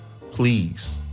please